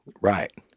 Right